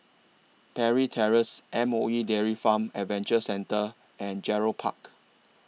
Parry Terrace M O E Dairy Farm Adventure Centre and Gerald Park